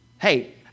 Hey